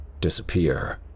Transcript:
Disappear